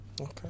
okay